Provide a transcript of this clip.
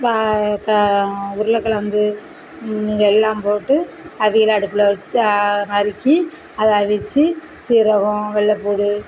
வ க உருளகெழங்கு இது எல்லாம் போட்டு அவியலை அடுப்பில் வச்சு நறுக்கி அதை அவித்து சீரகம் வெள்ளை பூண்டு